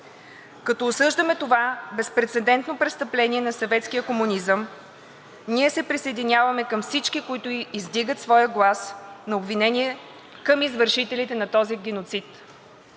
Като осъждаме това безпрецедентно престъпление на съветския комунизъм, ние се присъединяваме към всички, които издигат своя глас на обвинение към извършителите на този геноцид.